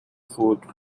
food